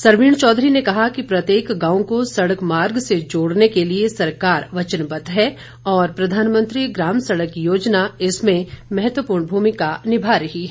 सरवीण चौधरी ने कहा कि प्रत्येक गांव को सड़क मार्ग से जोड़ने के लिए सरकार वचनबद्ध है और प्रधानमंत्री ग्राम सड़क योजना इसमें महत्वपूर्ण भूमिका निभा रहे हैं